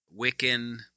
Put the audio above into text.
Wiccan